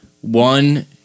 One